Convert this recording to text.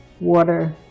water